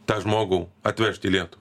tą žmogų atvežti į lietu